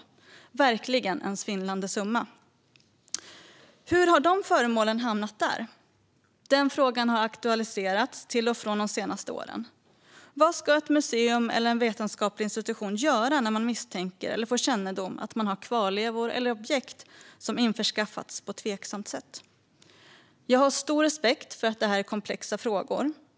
Det är verkligen ett svindlande antal. Hur har dessa föremål hamnat där? Den frågan har aktualiserats till och från under de senaste åren. Vad ska ett museum eller en vetenskaplig institution göra när man misstänker eller får kännedom om att man har kvarlevor eller objekt som införskaffats på ett tveksamt sätt? Jag har stor respekt för att det här är komplexa frågor.